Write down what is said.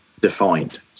defined